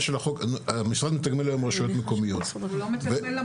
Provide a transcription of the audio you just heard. המשרד מתגמל היום רשויות מקומיות ואני